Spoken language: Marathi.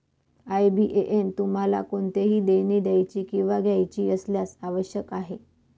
आय.बी.ए.एन तुम्हाला कोणतेही देणी द्यायची किंवा घ्यायची असल्यास आवश्यक आहे